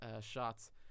shots